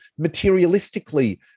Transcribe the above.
materialistically